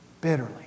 bitterly